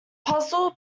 puzzle